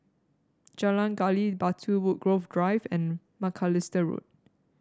Jalan Gali Batu Woodgrove Drive and Macalister Road